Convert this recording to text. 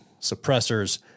suppressors